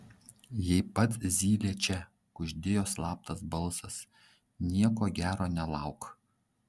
jei pats zylė čia kuždėjo slaptas balsas nieko gero nelauk